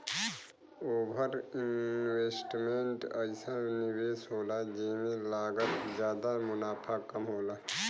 over investment अइसन निवेस होला जेमे लागत जादा मुनाफ़ा कम होला